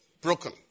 broken